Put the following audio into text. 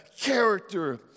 Character